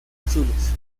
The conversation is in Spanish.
azules